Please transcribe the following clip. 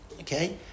okay